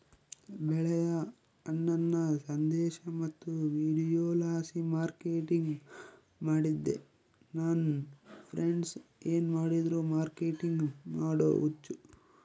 ಬೆಳೆದ ಹಣ್ಣನ್ನ ಸಂದೇಶ ಮತ್ತು ವಿಡಿಯೋಲಾಸಿ ಮಾರ್ಕೆಟಿಂಗ್ ಮಾಡ್ತಿದ್ದೆ ನನ್ ಫ್ರೆಂಡ್ಸ ಏನ್ ಮಾಡಿದ್ರು ಮಾರ್ಕೆಟಿಂಗ್ ಮಾಡೋ ಹುಚ್ಚು